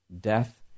death